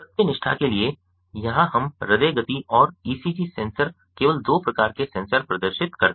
सत्यनिष्ठा के लिए यहाँ हम हृदय गति और ईसीजी सेंसर केवल दो प्रकार के सेंसर प्रदर्शित करते हैं